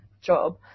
job